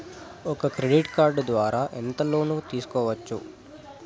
ఒక credit card ద్వారా ఎంత లోను తీసుకోవచ్చు?